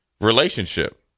relationship